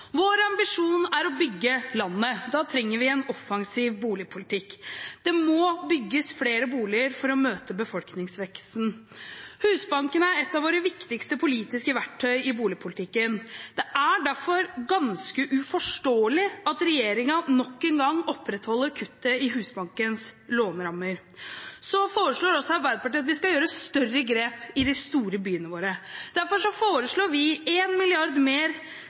Vår ambisjon er å bygge landet. Da trenger vi en offensiv boligpolitikk. Det må bygges flere boliger for å møte befolkningsveksten. Husbanken er et av våre viktigste politiske verktøy i boligpolitikken. Det er derfor ganske uforståelig at regjeringen nok en gang opprettholder kuttet i Husbankens lånerammer. Arbeiderpartiet foreslår at vi skal gjøre større grep i de store byene våre. Derfor foreslår vi 1 mrd. kr mer